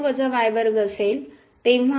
तर असेल तेव्हा